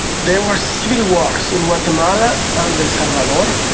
there were civil wars in guatemala and el salvador,